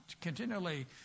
continually